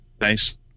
nice